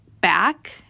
back